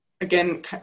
again